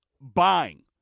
buying